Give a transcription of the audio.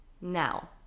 Now